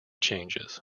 changes